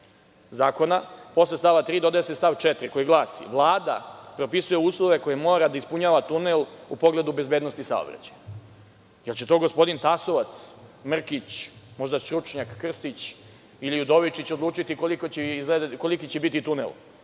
zakona posle stava 3. dodaje se stav 4, koji glasi – Vlada propisuje uslove koje mora da ispunjava tunel u pogledu bezbednosti saobraćaja. Da li će to gospodin Tasovac, Mrkić, možda stručnjak Krstić ili Udovičić odlučiti koliki će biti tunel,